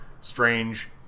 Strange